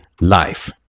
life